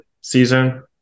season